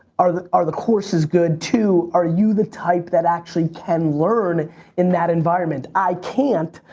are the are the courses good? two, are you the type that actually can learn in that environment? i can't.